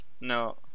No